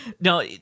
No